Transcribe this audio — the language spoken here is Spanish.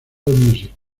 allmusic